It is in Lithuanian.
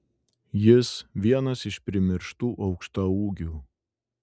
jis vienas iš primirštų aukštaūgių